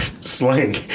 slang